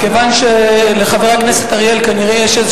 מכיוון שלחבר הכנסת אריאל כנראה יש איזה